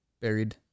buried